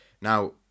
Now